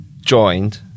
joined